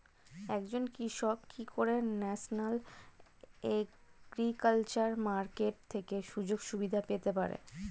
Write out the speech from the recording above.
একজন কৃষক কি করে ন্যাশনাল এগ্রিকালচার মার্কেট থেকে সুযোগ সুবিধা পেতে পারে?